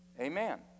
Amen